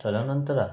ತದ ನಂತರ